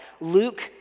Luke